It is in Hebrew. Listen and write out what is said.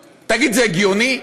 תגיד, זה הגיוני?